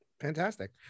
Fantastic